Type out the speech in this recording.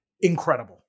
incredible